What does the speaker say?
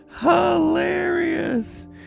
Hilarious